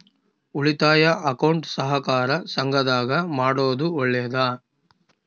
ಉಳಿತಾಯ ಅಕೌಂಟ್ ಸಹಕಾರ ಸಂಘದಾಗ ಮಾಡೋದು ಒಳ್ಳೇದಾ?